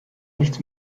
nichts